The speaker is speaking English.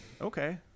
okay